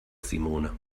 simone